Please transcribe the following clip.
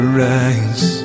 rise